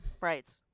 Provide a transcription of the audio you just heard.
Right